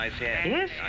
Yes